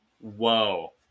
Whoa